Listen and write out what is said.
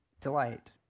delight